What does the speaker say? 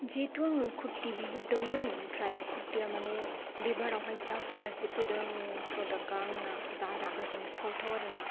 जिहेथु आङो कुर्ति बिहरदोंमोन ओमफ्राय कुर्तिया माने बेबारावहाय जा गाज्रि फैदों प्रडाक्टआ आंना जा रागा जोंथाव थाव आरोना